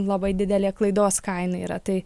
labai didelė klaidos kaina yra tai